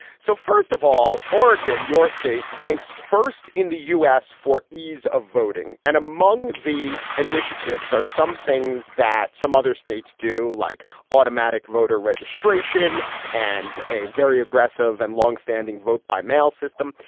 so, first of all, oregon, your state ranks first in the u s. for ease of voting. and among the initiatives are some things that some other states do, like automatic voter registration and a very aggressive and longstanding vote by mail system.